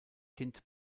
kind